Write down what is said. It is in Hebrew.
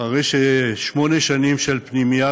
אחרי שמונה שנים של פנימייה.